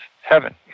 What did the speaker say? heaven